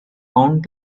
bound